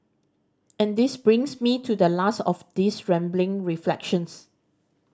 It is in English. and this brings me to the last of these rambling reflections